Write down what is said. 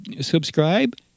subscribe